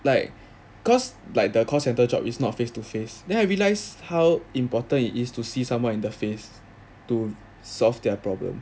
like cause like the call centre job is not face to face then I realized how important it is to see someone in the face to solve their problems